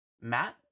Matt